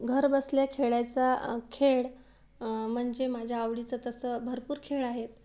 घर बसल्या खेळायचा खेळ म्हणजे माझ्या आवडीचं तसं भरपूर खेळ आहेत